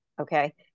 Okay